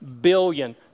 billion